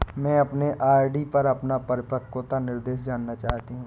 मैं अपने आर.डी पर अपना परिपक्वता निर्देश जानना चाहती हूँ